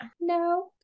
No